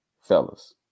fellas